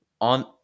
on